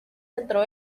entró